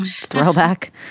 throwback